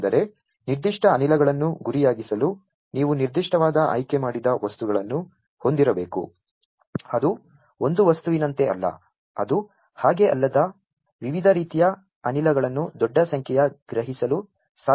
ಅಂದರೆ ನಿರ್ದಿಷ್ಟ ಅನಿಲಗಳನ್ನು ಗುರಿಯಾಗಿಸಲು ನೀವು ನಿರ್ದಿಷ್ಟವಾದ ಆಯ್ಕೆಮಾಡಿದ ವಸ್ತುಗಳನ್ನು ಹೊಂದಿರಬೇಕು ಅದು ಒಂದು ವಸ್ತುವಿನಂತೆ ಅಲ್ಲ ಅದು ಹಾಗೆ ಅಲ್ಲದ ವಿವಿಧ ರೀತಿಯ ಅನಿಲಗಳನ್ನು ದೊಡ್ಡ ಸಂಖ್ಯೆಯ ಗ್ರಹಿಸಲು ಸಾಧ್ಯವಾಗುತ್ತದೆ